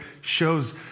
shows